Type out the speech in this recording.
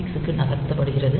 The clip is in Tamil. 6 க்கு நகர்த்தப்படுகிறது